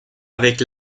avec